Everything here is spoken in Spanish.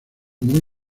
muy